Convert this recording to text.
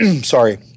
sorry